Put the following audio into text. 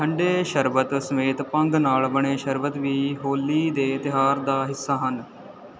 ਠੰਡੇ ਸ਼ਰਬਤ ਸਮੇਤ ਭੰਗ ਨਾਲ ਬਣੇ ਸ਼ਰਬਤ ਵੀ ਹੋਲੀ ਦੇ ਤਿਉਹਾਰ ਦਾ ਹਿੱਸਾ ਹਨ